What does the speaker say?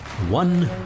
One